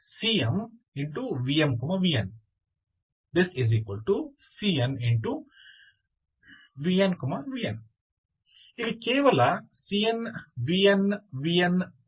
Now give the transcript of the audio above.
⟨fx vn⟩ m1cm⟨vmvn⟩ cn⟨vnvn⟩ ಇಲ್ಲಿ ಕೇವಲ cn vn vn ಕೊಡುಗೆ ನೀಡುತ್ತಿವೆ